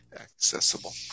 accessible